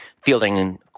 fielding